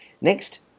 Next